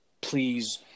please